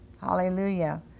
Hallelujah